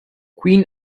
queen